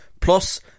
plus